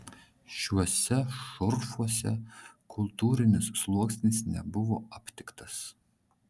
šiuose šurfuose kultūrinis sluoksnis nebuvo aptiktas